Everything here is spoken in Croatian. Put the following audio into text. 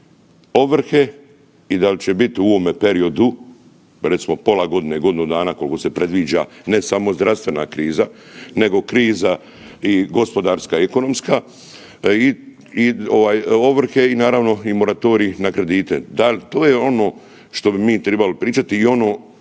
ovrhe i dal će biti u ovome periodu, recimo pola godine, godinu dana koliko se predviđa ne samo zdravstvena kriza, nego kriza i gospodarska i ekonomska i ovrhe i naravno moratorij na kredite. To je ono što bi mi trebali pričati i ono